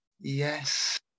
Yes